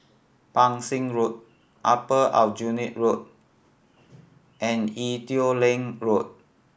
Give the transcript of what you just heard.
Pang Seng Road Upper Aljunied Road and Ee Teow Leng Road